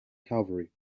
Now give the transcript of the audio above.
cavalry